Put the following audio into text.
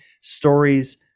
stories